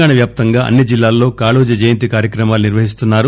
తెలంగాణవ్యాప్తంగా అన్ని జిల్లాల్లో కాళోజీ జయంతి కార్యక్రమాలు నిర్వహిస్తున్నారు